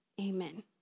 Amen